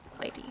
lady